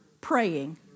praying